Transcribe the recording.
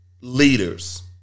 leaders